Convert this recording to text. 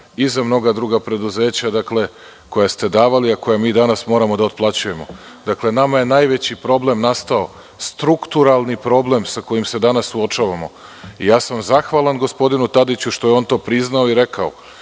i za mnoga druga preduzeća za koja ste davali, a mi danas moramo da otplaćujemo. Dakle, nama je najveći problem koji je nastao strukturalni problem sa kojim se danas suočavamo. Zahvalan sam gospodinu Tadiću što je on to priznao i rekao.